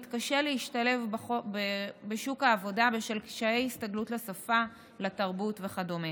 עולה מתקשה להשתלב בשוק העבודה בשל קשיי הסתגלות לשפה לתרבות וכדומה.